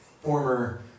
former